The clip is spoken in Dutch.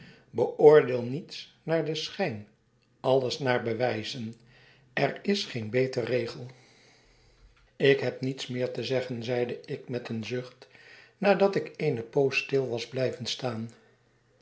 beoordeel niets naar den schijn alles naar bewijzen er is geen beter regel ik heb niets meer te zeggen zeide ik met een zucht nadat ik eene poos stil was blijven staan